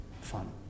fun